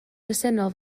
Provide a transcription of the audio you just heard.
bresennol